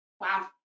Wow